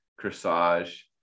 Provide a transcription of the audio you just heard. corsage